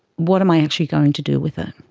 what am i actually going to do with it?